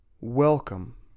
Welcome